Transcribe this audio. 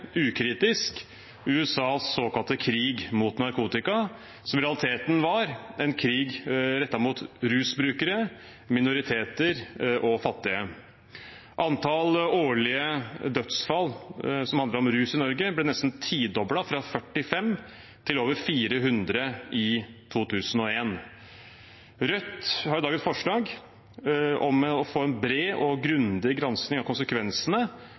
ukritisk USAs såkalte krig mot narkotika, som i realiteten var en krig rettet mot rusbrukere, minoriteter og fattige. Antall årlige dødsfall knyttet til rus i Norge ble nesten tidoblet, fra 45 til over 400 i 2001. Rødt har i dag et forslag om å få en bred og grundig granskning av konsekvensene